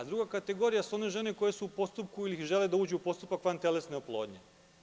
Druga kategorija su one žene koje su u postupku ili žele da uđu u postupak vantelesne oplodnje.